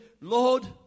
Lord